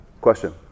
question